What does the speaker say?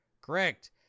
Correct